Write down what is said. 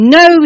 no